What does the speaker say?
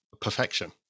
perfection